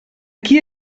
qui